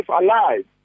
alive